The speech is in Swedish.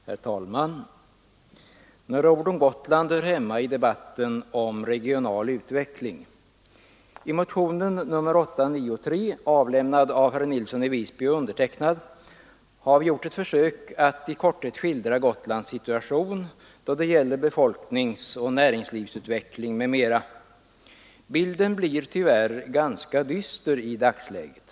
Herr talman! Några ord om Gotland hör hemma i debatten om regional utveckling. I motionen 893, avlämnad av herr Nilsson i Visby och mig, har ett försök gjorts att i korthet skildra Gotlands situation då det gäller befolkningsoch näringslivsutveckling m.m. Bilden blir tyvärr ganska dyster i dagsläget.